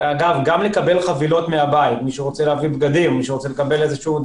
אגב, גם לקבל חבילות מהבית, אם זה בגדים, משקפיים,